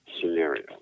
scenario